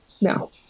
No